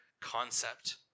concept